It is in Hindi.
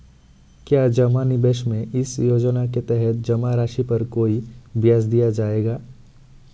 क्या जमा निवेश में इस योजना के तहत जमा राशि पर कोई ब्याज दिया जाएगा?